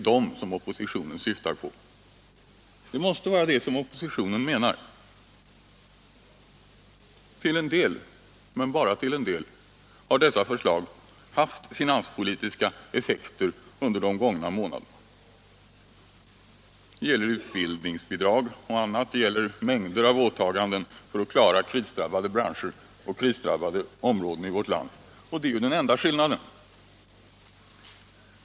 Det måste vara detta oppositionen menar. Till en del, men bara till en del, har dessa åtaganden haft finanspolitiska effekter under de gångna månaderna. Det gäller utbildningsbidrag och annat, det gäller mängder av åtaganden för att klara krisdrabbade branscher och krisdrabbade områden i vårt land. Det är ju den enda skillnaden.